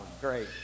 great